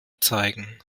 zeigen